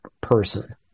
person